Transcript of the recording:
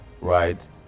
right